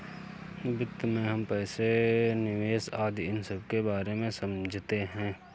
वित्त में हम पैसे, निवेश आदि इन सबके बारे में समझते हैं